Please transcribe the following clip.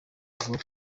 avuga